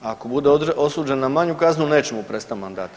Ako bude osuđen na manju kaznu neće mu prestati mandat.